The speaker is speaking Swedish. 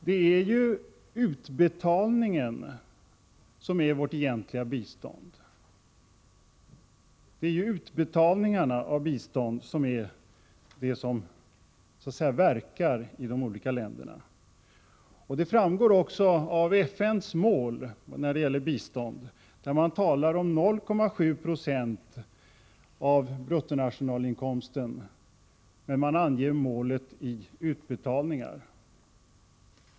Det är ju utbetalningarna som är vårt egentliga bistånd, det som så att säga verkar i de olika länderna. Detta framgår också av att FN, som talar om 0,7 96 av BNI, anger målet i utbetalningar.